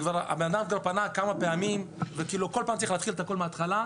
שהבן אדם פנה כבר כמה פעמים ובכל פעם צריך להתחיל את הכול מההתחלה.